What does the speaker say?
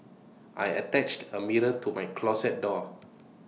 I attached A mirror to my closet door